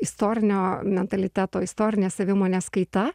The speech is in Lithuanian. istorinio mentaliteto istorinės savimonės kaita